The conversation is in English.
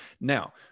Now